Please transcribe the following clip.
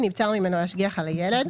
נבצר ממנו להשגיח על הילד,